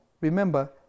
Remember